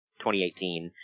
2018